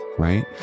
Right